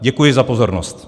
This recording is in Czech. Děkuji za pozornost.